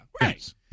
Right